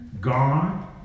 God